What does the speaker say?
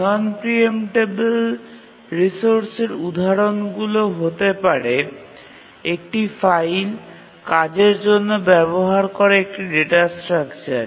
নন preemptable রিসোর্সের উদাহরণগুলি হতে পারে একটি ফাইল কাজের জন্য ব্যবহার করা একটি ডেটা স্ট্রাকচার